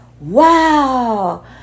wow